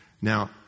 Now